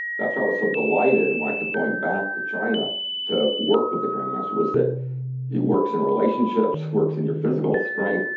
that's why i was so delighted and why i kept going back to china to work with the grand master was that it works in relationships, works in your physical strength,